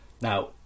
now